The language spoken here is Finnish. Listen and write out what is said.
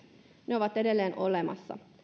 ne ovat edelleen olemassa